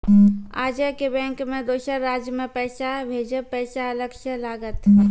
आजे के बैंक मे दोसर राज्य मे पैसा भेजबऽ पैसा अलग से लागत?